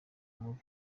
mubi